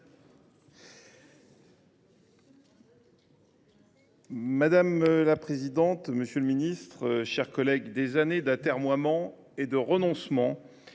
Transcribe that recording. Madame la présidente, monsieur le ministre, mes chers collègues, des années d’atermoiement et de renoncement,